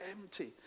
empty